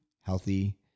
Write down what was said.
healthy